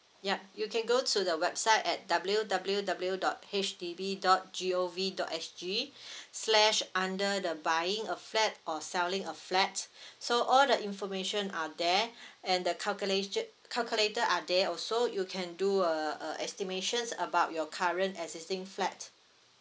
yup you can go to the website at W W W dot H D B dot G O V dot S G slash under the buying a flat or selling a flat so all the information are there and the calculation calculator are there also you can do a a estimations about your current existing flat